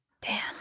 Dan